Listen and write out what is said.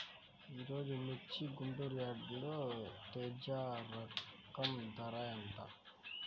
ఈరోజు మిర్చి గుంటూరు యార్డులో తేజ రకం ధర ఎంత?